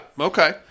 okay